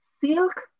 silk